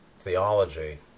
theology